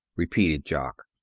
repeated jock.